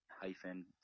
hyphen